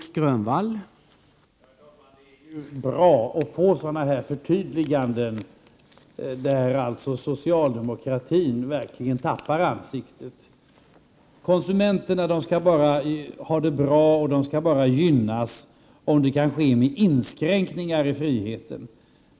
Herr talman! Det är ju bra att få sådana förtydliganden, där socialdemokratin alltså verkligen tappar ansiktet. Konsumenterna skall bara gynnas och ha det bra — om det kan ske genom inskränkningar i friheten.